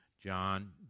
John